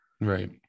right